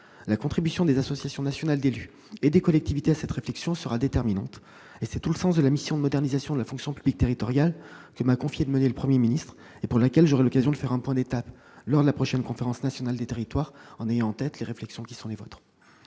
La contribution des associations nationales d'élus et de collectivités à cette réflexion sera déterminante. Tel est le sens de la mission de modernisation de la fonction publique territoriale que le Premier ministre m'a confiée et pour laquelle j'aurai l'occasion de faire un point d'étape lors de la prochaine Conférence nationale des territoires, en ayant en tête les réflexions qui sont les vôtres.